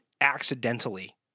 accidentally